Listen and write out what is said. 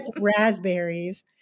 raspberries